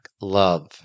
love